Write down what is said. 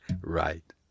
right